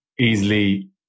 easily